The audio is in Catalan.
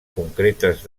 concretes